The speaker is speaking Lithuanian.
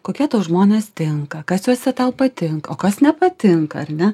kokie tau žmonės tinka kas juose tau patinka o kas nepatinka ar ne